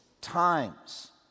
times